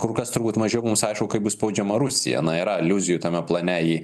kur kas turbūt mažiau mums aišku kaip bus spaudžiama rusija na yra aliuzijų tame plane į